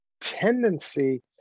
tendency